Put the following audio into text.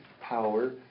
power